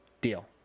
Deal